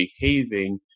behaving